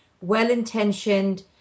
well-intentioned